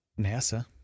NASA